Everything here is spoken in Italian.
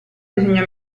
bisogna